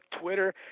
Twitter